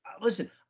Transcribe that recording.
listen